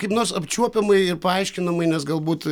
kaip nors apčiuopiamai ir paaiškinamai nes galbūt